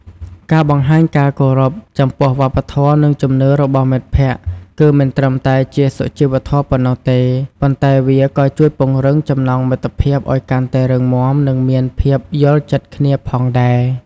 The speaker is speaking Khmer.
ការបង្ហាញការគោរពចំពោះវប្បធម៌ និងជំនឿរបស់មិត្តភក្តិ គឺមិនត្រឹមតែជាសុជីវធម៌ប៉ុណ្ណោះទេ ប៉ុន្តែវាក៏ជួយពង្រឹងចំណងមិត្តភាពឲ្យកាន់តែរឹងមាំ និងមានភាពយល់ចិត្តគ្នាផងដែរ។